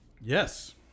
Yes